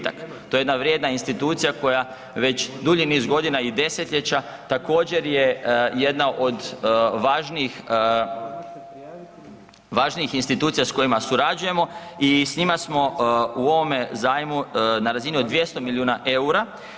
To je jedna vrijedna institucija koja već dulji niz godina i desetljeća također je jedna od važnijih institucija s kojima surađujemo i s njima smo u ovome zajmu na razini od 200 milijuna eura.